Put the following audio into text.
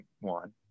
one